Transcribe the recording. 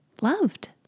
loved